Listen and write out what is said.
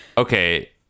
Okay